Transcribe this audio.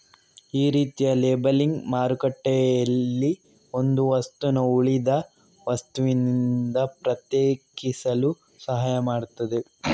ಈ ರೀತಿಯ ಲೇಬಲಿಂಗ್ ಮಾರುಕಟ್ಟೆನಲ್ಲಿ ಒಂದು ವಸ್ತುನ ಉಳಿದ ವಸ್ತುನಿಂದ ಪ್ರತ್ಯೇಕಿಸಲು ಸಹಾಯ ಮಾಡ್ತದೆ